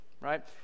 right